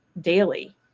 daily